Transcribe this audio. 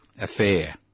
affair